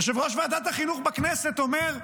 יושב-ראש ועדת החינוך בכנסת, אומר: